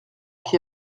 qui